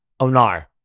onar